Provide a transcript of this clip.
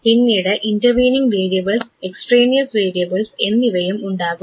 പിന്നീട് intervening variables extraneous variables എന്നിവയും ഉണ്ടാകും